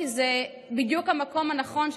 כי זה בדיוק המקום הנכון,